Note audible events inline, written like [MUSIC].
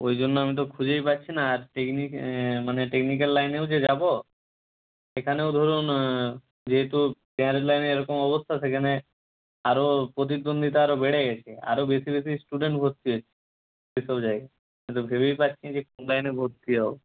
ওই জন্য আমি তো খুঁজেই পাচ্ছি না আর [UNINTELLIGIBLE] মানে টেকনিক্যাল লাইনেও যে যাব সেখানেও ধরুন যেহেতু জেনারেল লাইনে এরকম অবস্থা সেখানে আরও প্রতিদ্বন্দ্বিতা আরও বেড়ে গেছে আরও বেশি বেশি স্টুডেন্ট ভর্তি হচ্ছে সেসব জায়গায় আমি তো ভেবেই পাচ্ছি না যে কোন লাইনে ভর্তি হব